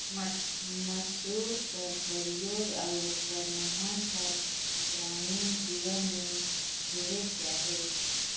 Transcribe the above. मूसर कर परियोग अउ ओकर महत हर गरामीन जीवन में ढेरेच अहे